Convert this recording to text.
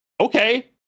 okay